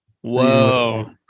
Whoa